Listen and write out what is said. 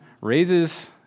raises